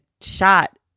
shot